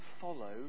follow